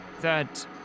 that-